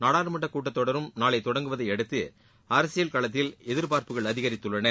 நாடாளுமன்ற கூட்டத்தொடரும் நாளை தொடங்குவதையடுத்து அரசியல் களத்தில் எதிர்பார்ப்புகள் அதிகரித்துள்ளன